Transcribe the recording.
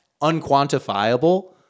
unquantifiable